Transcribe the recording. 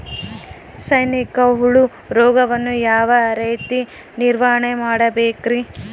ಸೈನಿಕ ಹುಳು ರೋಗವನ್ನು ಯಾವ ರೇತಿ ನಿರ್ವಹಣೆ ಮಾಡಬೇಕ್ರಿ?